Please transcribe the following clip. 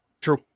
True